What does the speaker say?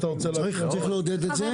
צריך לעודד את זה.